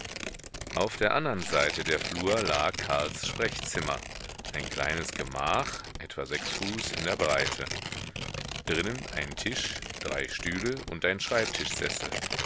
auf der andern seite der flur lag karls sprechzimmer ein kleines gemach etwa sechs fuß in der breite drinnen ein tisch drei stühle und ein